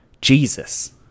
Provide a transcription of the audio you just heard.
Jesus